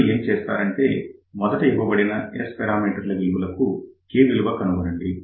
ఇప్పుడు ఏం చేస్తారంటే మొదట ఇవ్వబడిన S పారామీటర్స్ విలువలకు K విలువ కనుగొనండి